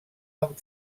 amb